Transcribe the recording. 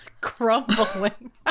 Crumbling